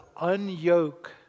unyoke